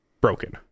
broken